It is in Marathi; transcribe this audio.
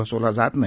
बसविला जात नाही